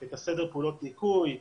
את סדר פעולות הניקוי,